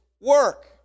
work